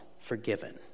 forgiven